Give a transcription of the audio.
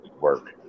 work